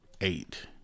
eight